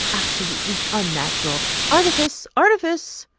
absolutely unnatural artifice! artifice!